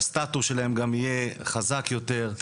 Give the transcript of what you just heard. שהסטטוס שלהם גם יהיה חזק יותר,